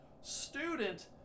student